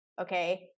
okay